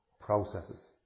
processes